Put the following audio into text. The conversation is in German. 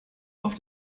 auf